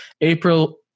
April